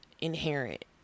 inherent